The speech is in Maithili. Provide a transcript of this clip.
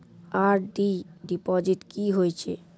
आर.डी डिपॉजिट की होय छै?